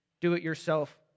do-it-yourself